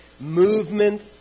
movement